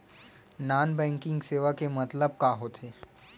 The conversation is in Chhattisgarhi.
नॉन बैंकिंग सेवा के मतलब का होथे?